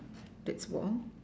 that's about all